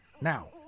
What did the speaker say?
Now